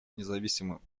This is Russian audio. независимым